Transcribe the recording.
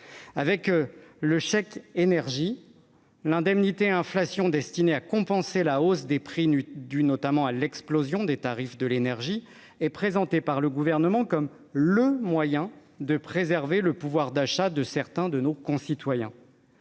Avec le chèque énergie, l'indemnité inflation destinée à compenser la hausse des prix, notamment due à l'explosion des tarifs de l'énergie, est présentée par le Gouvernement comme le moyen de préserver le pouvoir d'achat de certains de nos concitoyens.